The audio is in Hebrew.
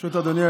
אזולאי.